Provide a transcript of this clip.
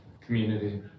Community